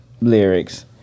lyrics